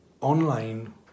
online